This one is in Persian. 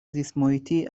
زیستمحیطی